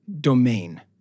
domain